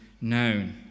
known